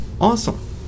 Awesome